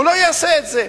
הוא לא יעשה את זה.